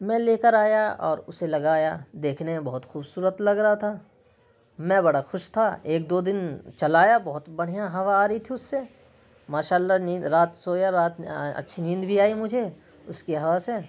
میں لے کر آیا اور اسے لگایا دیکھنے میں بہت خوبصورت لگ رہا تھا میں بڑا خوش تھا ایک دو دن چلایا بہت بڑھیا ہوا آ رہی تھی اس سے ماشاء اللہ نیند رات سویا رات میں اچھی نیند بھی آئی مجھے اس کی ہوا سے